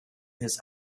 his